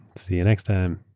see you next time.